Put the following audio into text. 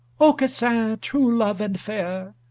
aucassin, true love and fair,